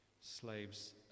slaves